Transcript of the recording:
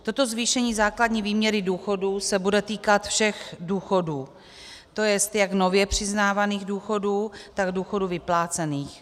Toto zvýšení základní výměny důchodů se bude týkat všech důchodů, to jest jak nově přiznávaných důchodů, tak důchodů vyplácených.